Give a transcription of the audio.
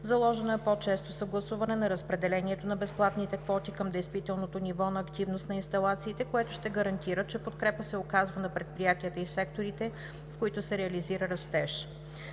Заложено е по-често съгласуване на разпределението на безплатните квоти към действителното ниво на активност на инсталациите, което ще гарантира, че подкрепа се оказва на предприятията и секторите, в които се реализира растеж.